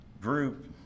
group